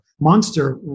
monster